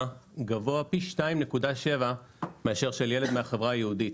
גבוה פי 2.7 מאשר של ילד מהחברה היהודית.